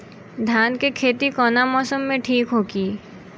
धान के खेती कौना मौसम में ठीक होकी?